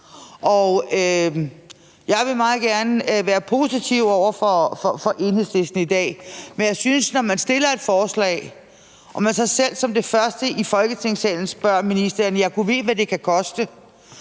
jeg vil meget gerne være positiv over for Enhedslisten i dag, men når man fremsætter et forslag og så selv som det første i Folketingssalen spørger ministeren, hvad det mon kan koste,